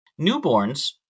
Newborns